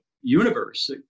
universe